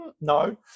No